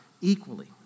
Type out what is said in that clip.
equally